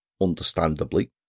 understandably